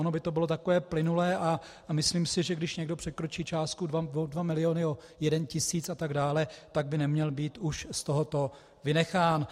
Ono by to bylo takové plynulé a myslím si, že když někdo překročí částku 2 miliony o jeden tisíc a tak dále, tak by neměl být už z tohoto vynechán.